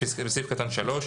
בסעיף קטן (3),